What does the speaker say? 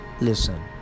Listen